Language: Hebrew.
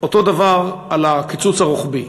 אותו דבר על הקיצוץ הרוחבי.